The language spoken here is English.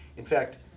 in fact,